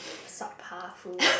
subpar food